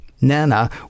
Nana